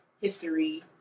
history